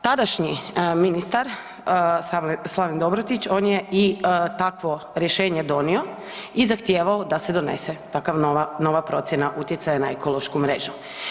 Tadašnji ministar Slaven Dobrović on je i takvo rješenje donio i zahtijevao da se donese takva nova procjena utjecaja na ekološku mrežu.